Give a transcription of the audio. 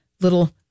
little